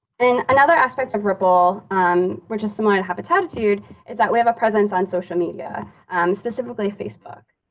and another aspect of ripple um which is similar to habitattitude is that we have a presence on social media specifically facebook,